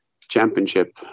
championship